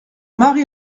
mari